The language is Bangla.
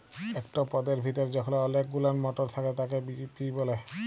একট পদের ভিতরে যখল অলেক গুলান মটর থ্যাকে তাকে পি ব্যলে